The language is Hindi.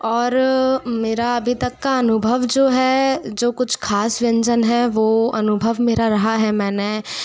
और मेरा अभी तक का अनुभव जो है जो कुछ खास व्यंजन हैं वो अनुभव मेरा रहा है मैंने